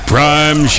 Prime